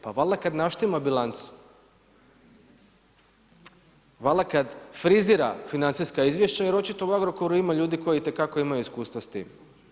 Pa valjda kad naštima bilancu, valjda kad frizira financijska izvješća jer očito u Agrokoru ima ljudi koji itekako imaju iskustva s tim.